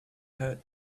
hurt